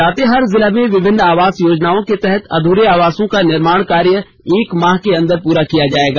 लातेहार जिला में विभिन्न आवास योजनाओं के तहत अध्रे आवासों का निर्माण कर एक माह के अंदर प्ररा किया जाएगा